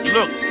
Look